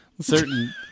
certain